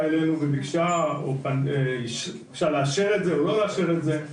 אלינו וביקשה או ביקשה לאשר את זה או לא לאשר את זה,